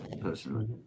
personally